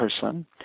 person